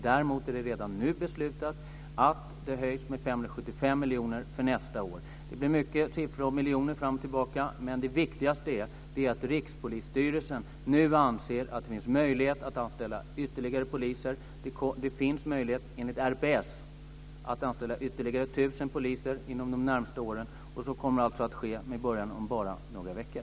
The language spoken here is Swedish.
Däremot är det redan nu beslutat om en höjning med 575 miljoner för nästa år. Det blir mycket siffror och miljoner fram och tillbaka. Men det viktigaste är att Rikspolisstyrelsen nu anser att det finns möjlighet att anställa ytterligare poliser. Det finns möjlighet enligt RPS att anställa ytterligare 1 000 poliser inom de närmaste åren, och så kommer alltså att ske med början om bara några veckor.